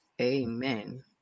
Amen